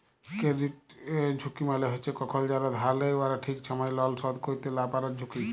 credit ঝুঁকি মালে হছে কখল যারা ধার লেয় উয়ারা ঠিক ছময় লল শধ ক্যইরতে লা পারার ঝুঁকি